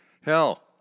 Hell